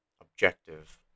objective